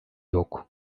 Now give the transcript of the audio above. yok